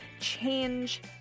change